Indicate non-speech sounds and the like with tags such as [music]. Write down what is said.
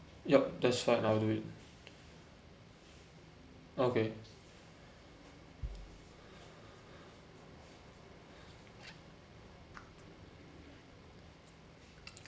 yup that's fine I'll do it okay [noise]